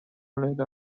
lady